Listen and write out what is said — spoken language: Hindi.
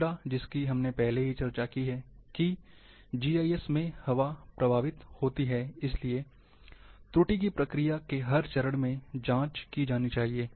तीसरा जिसकी हमने पहले ही चर्चा की है कि जीआईएस में हवा प्रवाहित होती है इसलिए त्रुटि की प्रक्रिया के हर चरण में जाँच की जानी चाहिए